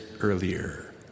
earlier